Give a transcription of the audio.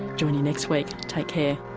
join you next week take care